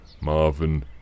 marvin